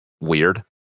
weird